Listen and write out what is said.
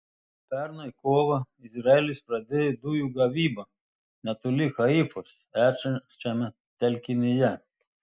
pernai kovą izraelis pradėjo dujų gavybą netoli haifos esančiame telkinyje